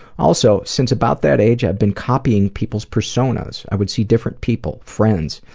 also since about that age, i've been copying people's personas. i would see different people, friends,